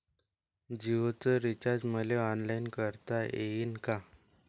जीओच रिचार्ज मले ऑनलाईन करता येईन का?